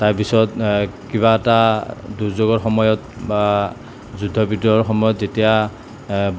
তাৰপিছত কিবা এটা দুৰ্যোগৰ সময়ত বা যুদ্ধ বিগ্ৰহৰ সময়ত যেতিয়া